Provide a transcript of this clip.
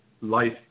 life